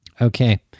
Okay